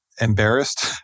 embarrassed